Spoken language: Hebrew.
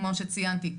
כמו שציינתי,